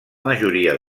majoria